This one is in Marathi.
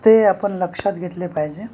ते आपण लक्षात घेतले पाहिजे